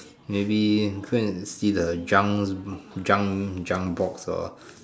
maybe go and see the junk junk junk box or